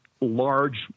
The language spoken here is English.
large